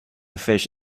fish